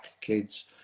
kids